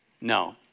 No